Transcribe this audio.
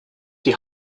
die